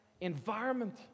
environment